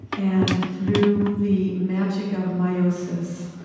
and through the magic of meiosis,